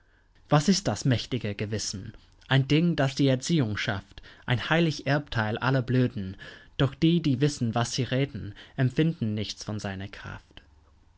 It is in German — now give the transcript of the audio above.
was ist das mächtige gewissen ein ding das die erziehung schafft ein heilig erbteil aller blöden doch die die wissen was sie reden empfinden nichts von seiner kraft